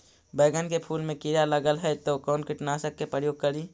बैगन के फुल मे कीड़ा लगल है तो कौन कीटनाशक के प्रयोग करि?